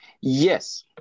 Yes